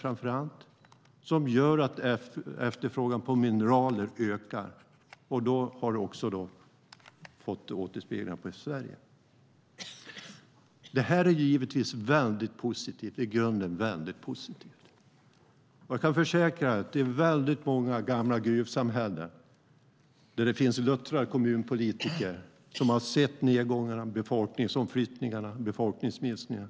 Detta gör att efterfrågan på mineraler ökar, och det har också fått återspeglingar på Sverige. Detta är givetvis i grunden positivt. Jag kan försäkra er om att det i många gamla gruvsamhällen finns luttrade kommunpolitiker som har sett nedgångarna, befolkningsomflyttningarna och befolkningsminskningarna.